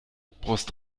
brust